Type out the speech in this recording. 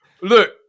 look